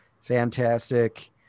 fantastic